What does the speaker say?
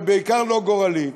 ובעיקר לא גורלי,